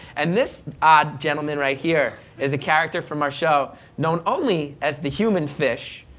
and this odd gentlemen right here, is a character from our show known only as the human fish.